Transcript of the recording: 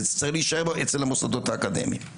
וזה צריך להישאר אצל המוסדות האקדמיים,